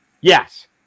yes